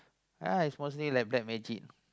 yeah it's mostly like black magic